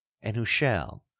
and who shall,